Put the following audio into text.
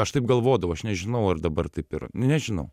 aš taip galvodavau aš nežinau ar dabar taip yra nu nežinau